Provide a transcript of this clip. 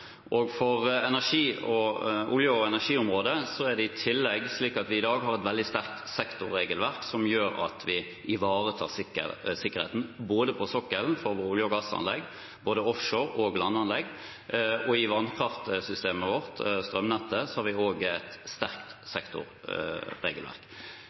samarbeid med energi- og miljøkomiteen og de ulike fraksjonene. Til spørsmålet: Denne regjeringen har vært ekstremt opptatt av sikkerhet. Sikkerhetsloven vil bli fulgt opp med forskriftsutarbeidelser, og for olje- og energiområdets del er det i tillegg slik at vi i dag har et veldig sterkt sektorregelverk som gjør at vi ivaretar sikkerheten på sokkelen for våre olje- og gassanlegg, både offshore- og